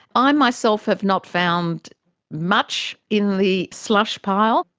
i myself have not found much in the slush pile.